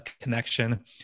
connection